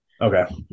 Okay